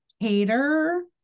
cater